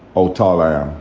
old taller.